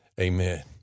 Amen